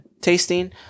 tasting